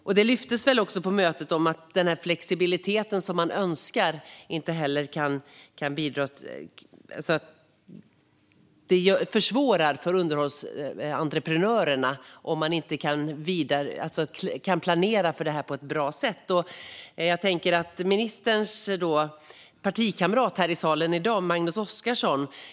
På mötet talade man om den flexibilitet som man önskar. Det försvårar för underhållsentreprenörerna om man inte kan planera för det här på ett bra sätt. Ministerns partikamrat här i salen i dag är Magnus Oscarsson.